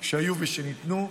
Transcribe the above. שהיו ושניתנו.